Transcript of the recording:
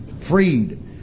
Freed